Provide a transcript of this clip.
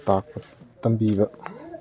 ꯇꯥꯛꯄ ꯇꯝꯕꯤꯕ